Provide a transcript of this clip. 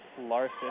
Larson